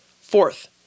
Fourth